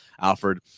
Alfred